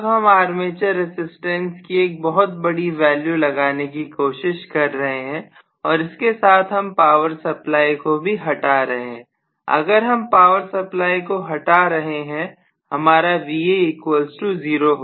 अब हम armature resistance की एक बहुत बड़ी वैल्यू लगाने की कोशिश कर रहे हैं और इसके साथ हम पावर सप्लाई को भी हटा रहे हैं अगर हम पावर सप्लाई को हटा रहे हैं हमारा Va0 होगा